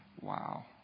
wow